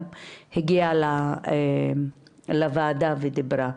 הגיעה לוועדה ודיברה.